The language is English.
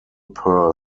per